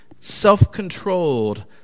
self-controlled